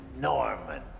Norman